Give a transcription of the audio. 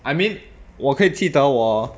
I mean 我可以记得我